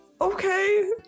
okay